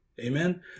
Amen